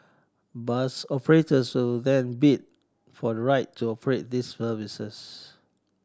bus operators then bid for the right to operate these services